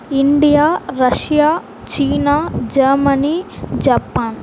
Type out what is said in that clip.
India Russia சீனா Germany Japan